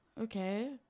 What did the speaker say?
Okay